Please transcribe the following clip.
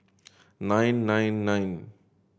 nine nine nine